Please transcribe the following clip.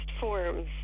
forms